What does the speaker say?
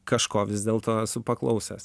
kažko vis dėlto esu paklausęs